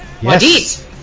Yes